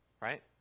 right